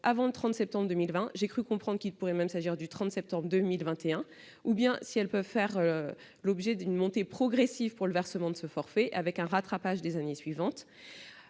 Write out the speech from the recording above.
avant le 30 septembre 2020- j'ai cru comprendre qu'il pourrait même s'agir du 30 septembre 2021 -, ou bien si elles peuvent faire l'objet d'une montée progressive pour le versement de ce forfait, avec un rattrapage des années suivantes.